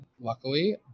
luckily